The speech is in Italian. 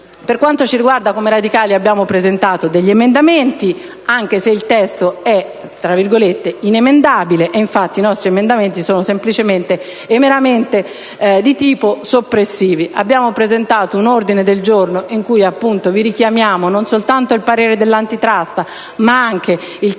Per quanto ci riguarda abbiamo presentato come Radicali degli emendamenti, anche se il testo è "inemendabile", e infatti i nostri emendamenti sono semplicemente e meramente di tipo soppressivo. Abbiamo anche presentato un ordine del giorno con in cui vi richiamiamo non soltanto il parere dell'*Antitrust*, ma anche il testo